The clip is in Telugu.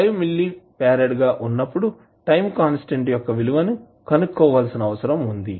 5 మిల్లీ ఫరాడ్ గా ఉన్నప్పుడు టైం కాన్స్టాంట్ యొక్క విలువ కనుక్కోవాల్సిన అవసరం వుంది